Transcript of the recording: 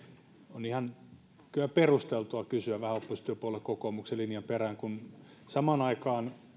on kyllä ihan perusteltua kysyä vähän oppositiopuolue kokoomuksen linjan perään kun samaan aikaan